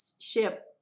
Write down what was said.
ship